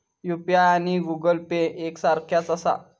UPI आणि Google Pay एक सारख्याच आसा?